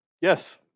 Yes